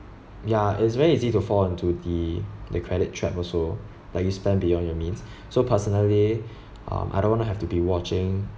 ya it's very easy to fall into the the credit trap also like you spend beyond your means so personally um I don't want to have to be watching